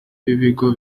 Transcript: b’ibigo